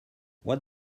what